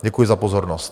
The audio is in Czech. Děkuji za pozornost.